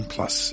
Plus